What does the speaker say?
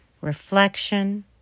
reflection